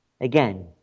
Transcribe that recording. Again